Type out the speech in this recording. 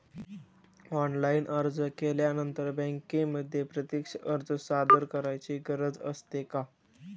Online अर्ज केल्यानंतर बँकेमध्ये प्रत्यक्ष अर्ज सादर करायची गरज असते का?